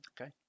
Okay